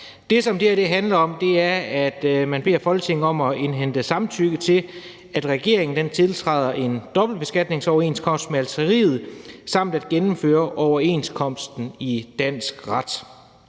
Det, som det her handler om, er, at man beder om Folketingets samtykke til, at regeringen tiltræder en dobbeltbeskatningsoverenskomst med Algeriet, og til at gennemføre overenskomsten i dansk ret.